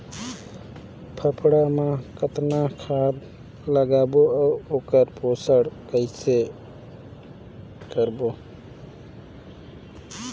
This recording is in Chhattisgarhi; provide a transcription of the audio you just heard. फाफण मा कतना खाद लगाबो अउ ओकर पोषण कइसे करबो?